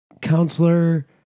counselor